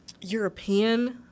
European